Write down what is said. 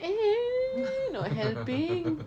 !ee! not helping